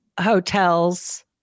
hotels